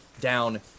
down